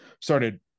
started